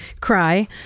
cry